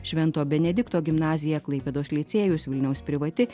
švento benedikto gimnazija klaipėdos licėjus vilniaus privati